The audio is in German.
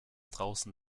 draußen